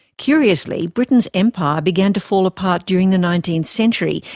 curiously, britain's empire began to fall apart during the nineteenth century,